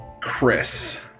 Chris